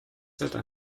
seda